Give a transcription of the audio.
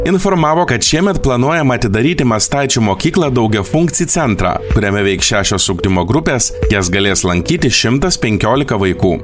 informavo kad šiemet planuojama atidaryti mastaičių mokyklą daugiafunkcį centrą kuriame veiks šešios ugdymo grupės jas galės lankyti šimtas penkiolika vaikų